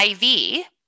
IV